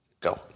Go